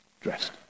dressed